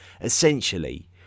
essentially